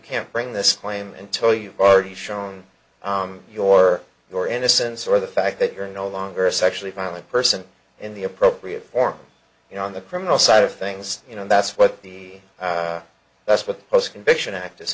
can't bring this claim until you've already shown your your innocence or the fact that you're no longer a sexually violent person in the appropriate form you know on the criminal side of things you know that's what the that's what the post conviction act